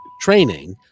training